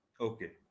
okay